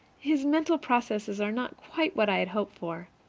his mental processes are not quite what i had hoped for.